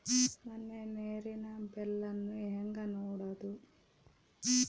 ನನ್ನ ನೇರಿನ ಬಿಲ್ಲನ್ನು ಹೆಂಗ ನೋಡದು?